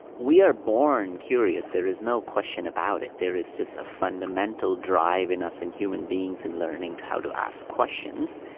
we are born curious. there is no question about it. there is just a fundamental drive in us, in human beings, in learning how to ask questions.